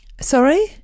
Sorry